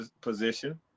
position